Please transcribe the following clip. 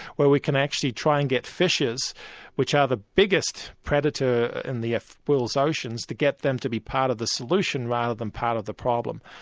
where we can actually try and get fishers which are the biggest predator in the world's oceans, to get them to be part of the solution rather than part of the problem.